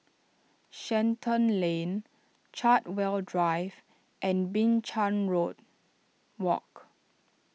Shenton Lane Chartwell Drive and Binchang Road Walk